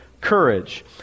courage